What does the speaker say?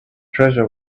treasure